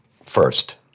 First